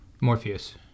Morpheus